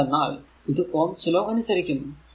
എന്തെന്നാൽ ഇത് Ohm's law അനുസരിക്കുന്നു